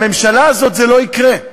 בממשלה הזאת זה לא יקרה.